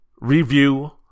review